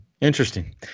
Interesting